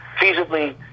feasibly